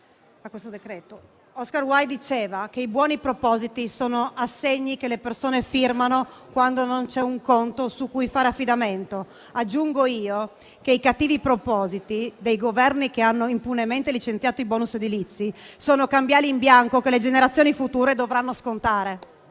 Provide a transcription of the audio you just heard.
Oscar Wilde diceva che i buoni propositi sono assegni che le persone firmano quando non c'è un conto su cui fare affidamento; aggiungo io che i cattivi propositi dei Governi che hanno impunemente licenziato i *bonus* edilizi sono cambiali in bianco che le generazioni future dovranno scontare.